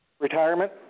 Retirement